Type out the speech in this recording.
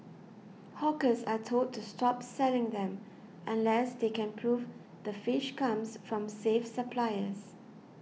hawkers are told to stop selling them unless they can prove the fish comes from safe suppliers